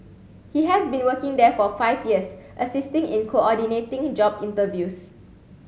he has been working there for five years assisting in coordinating job interviews